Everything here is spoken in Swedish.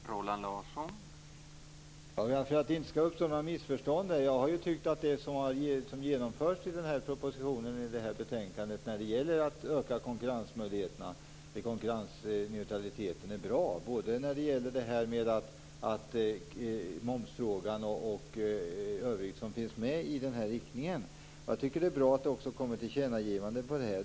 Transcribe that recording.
Herr talman! För att det inte skall uppstå några missförstånd: Det som har genomförts i propositionen och betänkandet för att öka konkurrensmöjligheterna är bra - både momsfrågan och övrigt i den riktningen. Det är bra att det kommer tillkännagivanden.